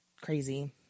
crazy